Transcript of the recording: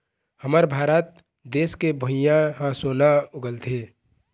हमर भारत देस के भुंइयाँ ह सोना उगलथे